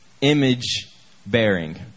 image-bearing